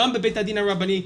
גם בבית הדין הרבני,